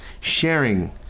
sharing